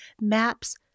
maps